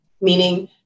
meaning